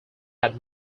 had